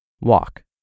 walk